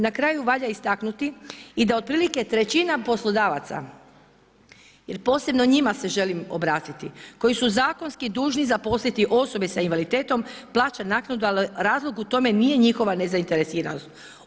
Na kraju valja istaknuti i da otprilike trećina poslodavaca jer posebno njima se želim obratiti, koji su zakonski dužni zaposliti osobe sa invaliditetom, plaćaju naknadu ali razlog u tome nije njihova nezainteresiranost.